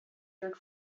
jerk